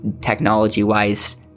technology-wise